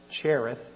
Cherith